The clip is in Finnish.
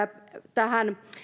tähän